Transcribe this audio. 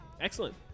excellent